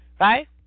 right